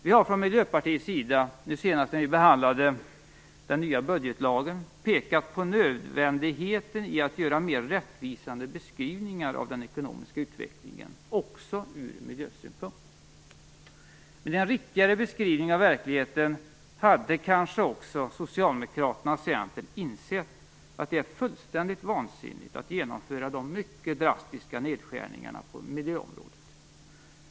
Vi har från Miljöpartiets sida, nu senast när vi behandlade den nya budgetlagen, pekat på nödvändigheten i att göra mer rättvisande beskrivningar av den ekonomiska utvecklingen också från miljösynpunkt. Med en riktigare beskrivning av verkligheten hade kanske också Socialdemokraterna och Centern insett att det är fullständigt vansinnigt att genomföra de mycket drastiska nedskärningarna på miljöområdet.